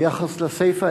ביחס לסיפא,